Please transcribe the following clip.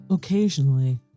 Occasionally